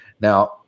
Now